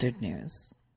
News